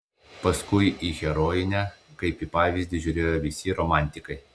paskui į herojinę kaip į pavyzdį žiūrėjo visi romantikai